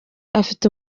afite